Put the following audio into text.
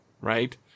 right